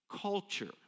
culture